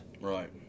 Right